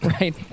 right